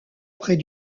près